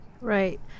Right